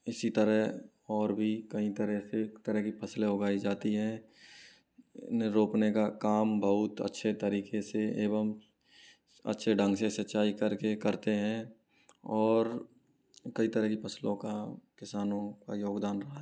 इसी तरह और भी कई तरह से तरह की फ़सलें उगाई जाती हैं उन्हें रोपने का काम बहुत अच्छे तरीक़े से एवं अच्छे ढंग से सिंचाई कर के करते हैं और कई तरह की फ़सलों का किसानों का योगदान रहा